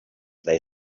they